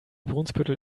brunsbüttel